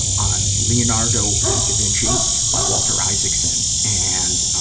on leonardo da vinci by walter isaacson, and, ah,